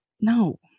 No